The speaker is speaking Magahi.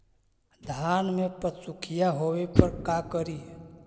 धान मे पत्सुखीया होबे पर का करि?